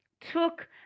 took